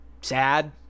sad